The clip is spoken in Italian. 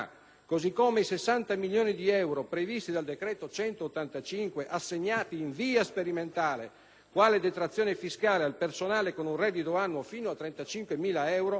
così come i 60 milioni di euro previsti dal decreto n. 185 (assegnati in via sperimentale quale detrazione fiscale al personale con un reddito annuo fino a 35.000 euro),